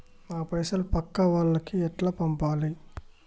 నా పైసలు పక్కా వాళ్లకి ఎట్లా పంపాలి?